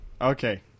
Okay